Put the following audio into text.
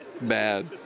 bad